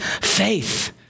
faith